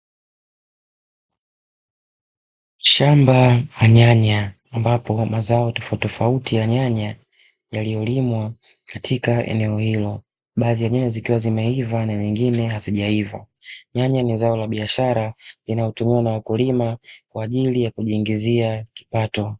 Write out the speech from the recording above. Shamba la nyanya ambapo mazao tofautitofauti ya nyanya yaliyolimwa katika eneo hilo. Baadhi ya nyanya zikiwa zimeiva na nyingine hazijaiva. Nyanya ni zao la biashara, linalotumiwa na wakulima kwa ajili ya kujiingizia kipato.